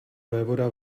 vévoda